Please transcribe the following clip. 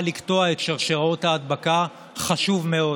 לקטוע את שרשראות ההדבקה חשוב מאוד,